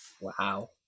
Wow